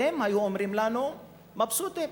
אתם מבסוטים,